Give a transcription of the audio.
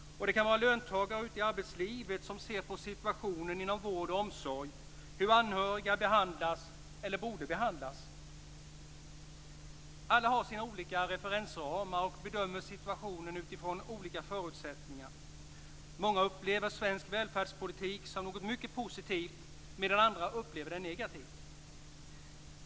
Det kan vara löntagare ute i arbetslivet som ser på situationen inom vård och omsorg, hur anhöriga behandlas eller borde behandlas. Alla har sina olika referensramar och bedömer situationen utifrån olika förutsättningar. Många upplever svensk välfärdspolitik som något mycket positivt, medan andra upplever den negativt.